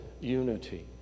unity